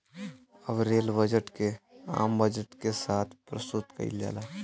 अब rail budget के आम बजट के साथ प्रसतुत कईल जाला